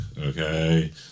Okay